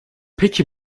peki